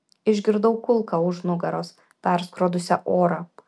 išgirdau kulką už nugaros perskrodusią orą